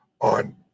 on